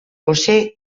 posee